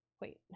wait